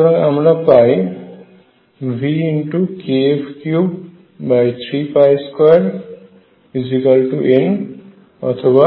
সুতরাং আমরা পাই vkf332N অথবা